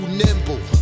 nimble